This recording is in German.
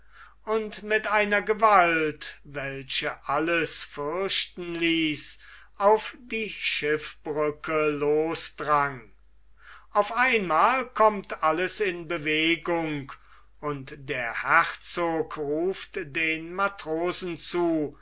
und mit einer gewalt welche alles fürchten ließ auf die schiffbrücke losdrang auf einmal kommt alles in bewegung und der herzog ruft den matrosen zu